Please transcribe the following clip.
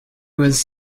was